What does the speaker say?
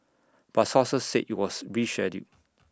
but sources said IT was rescheduled